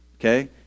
Okay